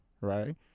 right